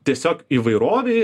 tiesiog įvairovė